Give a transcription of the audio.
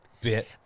bit